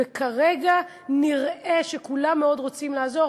וכרגע נראה שכולם מאוד רוצים לעזור,